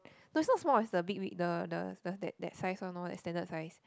no it's not small it's the big big the the that that size one lor the standard size